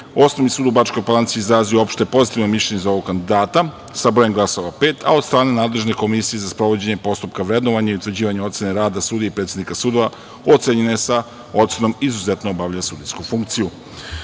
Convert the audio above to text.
Osnovni sud u Bačkoj Palanci je izrazio opšte pozitivno mišljenje za ovog kandidata sa brojem glasova – pet, a od strane nadležne komisije za sprovođenje postupka vrednovanja i utvrđivanje ocene rada sudija i predsednika sudova ocenjena je sa ocenom „izuzetno obavlja sudijsku funkciju“.Kada